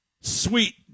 Sweet